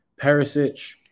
Perisic